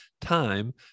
time